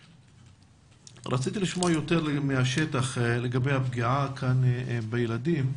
רציתי לשמוע יותר מהשטח לגבי הפגיעה בילדים.